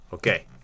Okay